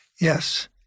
Yes